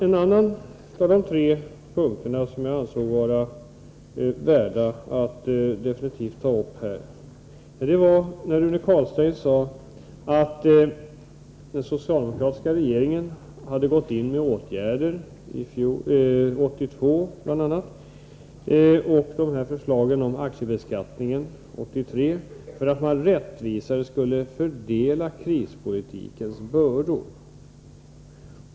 En annan punkt som jag anser värd att ta upp här är Rune Carlsteins yttrande, att den socialdemokratiska regeringen hade gått in med åtgärder bl.a. 1982 samt att man 1983 hade framlagt förslag om aktiebeskattning för att rättvisare fördela krispolitikens bördor.